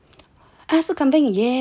ah sup kambing yes